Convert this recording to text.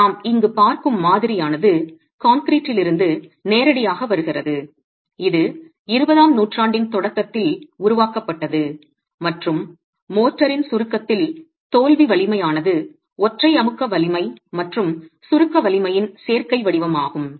எனவே நாம் இங்கு பார்க்கும் மாதிரியானது கான்கிரீட்டிலிருந்து நேரடியாக வருகிறது இது 20 ஆம் நூற்றாண்டின் தொடக்கத்தில் உருவாக்கப்பட்டது மற்றும் மோர்டாரின் சுருக்கத்தில் தோல்வி வலிமையானது ஒற்றை அமுக்க வலிமை மற்றும் சுருக்க வலிமையின் சேர்க்கை வடிவமாகும்